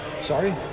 Sorry